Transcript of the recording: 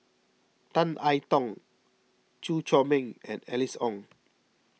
Tan I Tong Chew Chor Meng and Alice Ong